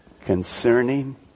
concerning